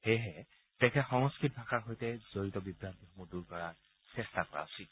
সেয়েহে দেশে সংস্কৃত ভাষাৰ সৈতে জড়িত বিভান্তিসমূহ দূৰ কৰাৰ চেষ্টা কৰা উচিত